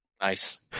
Nice